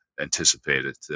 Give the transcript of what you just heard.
anticipated